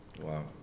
Wow